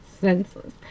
senseless